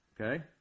Okay